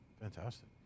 fantastic